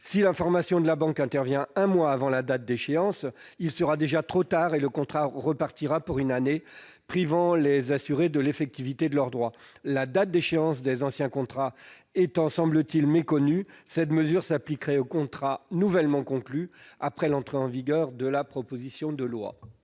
Si l'information de la banque intervient un mois avant la date d'échéance, il sera déjà trop tard : le contrat repartira pour une année, privant l'assuré de l'effectivité de son droit. La date d'échéance des anciens contrats étant, semble-t-il, méconnue, cette mesure s'appliquerait aux contrats nouvellement conclus après l'entrée en vigueur de la loi.